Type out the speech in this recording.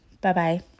Bye-bye